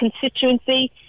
constituency